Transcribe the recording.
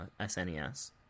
SNES